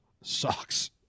sucks